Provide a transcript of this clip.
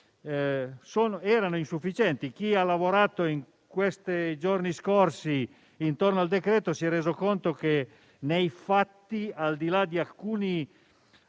sono insufficienti. Chi ha lavorato nei giorni scorsi al decreto-legge si è reso conto che nei fatti, al di là di alcuni